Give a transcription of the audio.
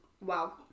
wow